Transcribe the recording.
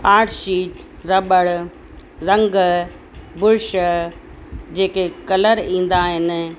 art sheet रॿड़ रंग brush जेके कलर ईंदा आहिनि